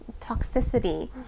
toxicity